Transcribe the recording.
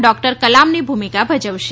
doctor કલામની ભુમિકા ભજવશે